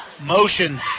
Motion